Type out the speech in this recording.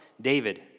David